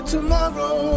Tomorrow